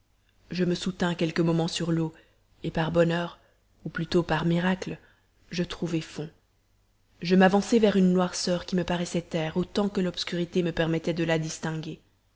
je me soutins quelques moments sur l'eau et par bonheur ou plutôt par miracle je trouvai fond je m'avançai vers une noirceur qui me paraissait terre autant que l'obscurité me permettait de la distinguer